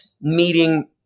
meeting